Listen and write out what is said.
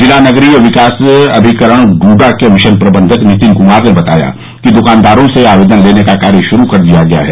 जिला नगरीय विकास अभिकरण डूडा के मिशन प्रबंधक नितिन कुमार ने बताया कि दुकानदारों से आवेदन लेने का कार्य शुरू कर दिया गया है